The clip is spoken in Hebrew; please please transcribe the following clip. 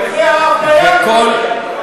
זאת המדיניות שלכם,